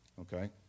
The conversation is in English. okay